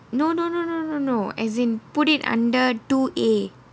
no no no no no no as in put it under two A